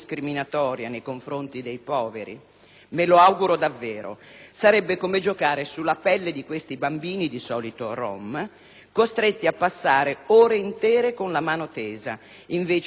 Me lo auguro davvero. Sarebbe come giocare sulla pelle di questi bambini - di solito rom - costretti a passare ore intere con la mano tesa, invece di studiare italiano o matematica.